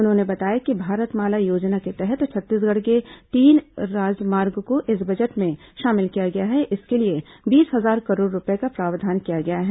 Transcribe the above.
उन्होंने बताया कि भारतमाला योजना के तहत छत्तीसगढ़ के तीन राजमार्ग को इस बजट में शामिल किया गया है इसके लिए बीस हजार करोड़ रूपये का प्रावधान किया गया है